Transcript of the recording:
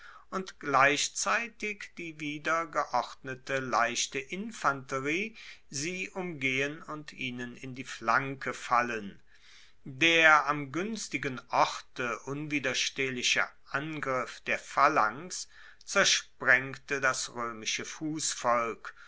und gleichzeitig die wieder geordnete leichte infanterie sie umgehen und ihnen in die flanke fallen der am guenstigen orte unwiderstehliche angriff der phalanx zersprengte das roemische